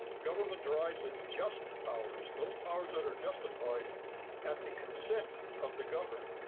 government derives its just powers, those powers that are justified at the consent of the government.